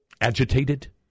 agitated